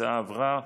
ההצעה עברה.